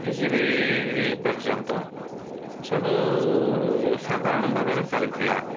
ଅଫିସିକି ପର୍ଯ୍ୟନ୍ତ ସବୁ ସାଧାରଣ ଭାବରେ ଚାଲୁଥିଲା